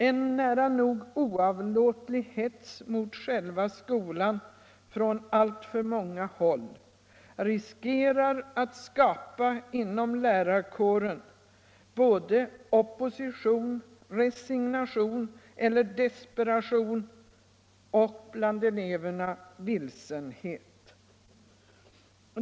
En nära nog oavlåtlig hets mot själva skolan från alltför många håll riskerar att skapa inom lärarkåren både opposition, resignation eller desperation, och bland eleverna vilsenhet.